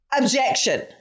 objection